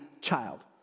child